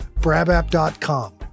Brabapp.com